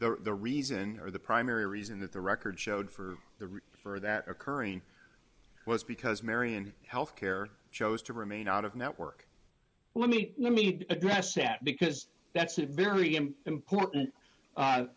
there the reason for the primary reason that the record showed for the reason for that occurring was because marion healthcare chose to remain out of network let me let me address that because that's a very important